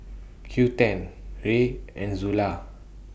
Quinten Rae and Zula